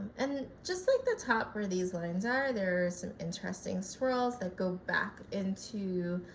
and just like the top where these lines are there are some interesting swirls that go back into